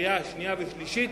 לקריאה שנייה ולקריאה שלישית